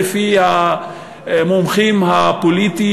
לפי המומחים הפוליטיים,